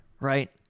right